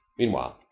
meanwhile,